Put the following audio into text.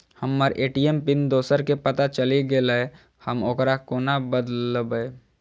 हम्मर ATM pin दोसर केँ पत्ता चलि गेलै, हम ओकरा कोना बदलबै?